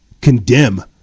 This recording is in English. condemn